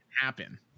happen